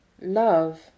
Love